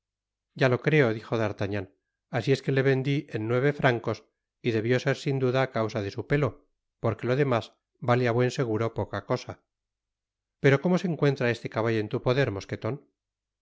ya lo creo dijo d'artagnan asi es que le vendi en nueve francos y debió ser sin duda á causa de su pelo porque lo demás vale á buen seguro poca cosa pero como se encuentra este caballo en tu poder mosqueton